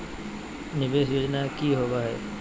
निवेस योजना की होवे है?